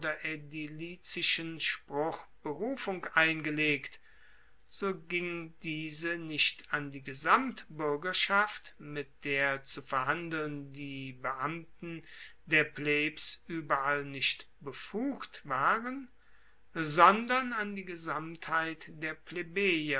spruch berufung eingelegt so ging diese nicht an die gesamtbuergerschaft mit der zu verhandeln die beamten der plebs ueberall nicht befugt waren sondern an die gesamtheit der